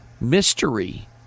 Mystery